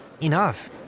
enough